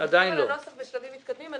התקנות בשלבים מתקדמים.